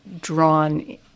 drawn